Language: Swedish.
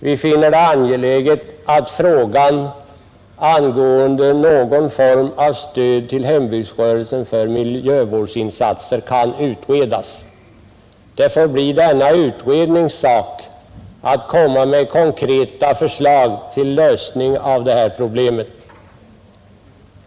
Vi anser det angeläget att frågan om någon form av stöd till hembygdsrörelsen för miljövårdsinsatser utredes. Utredningen får sedan komma med konkreta förslag till lösning av problemet.